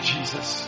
Jesus